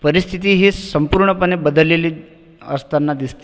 परिस्थिति ही संपूर्णपणे बदललेली असताना दिसते